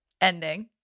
ending